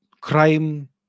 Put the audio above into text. crime